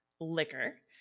liquor